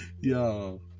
Yo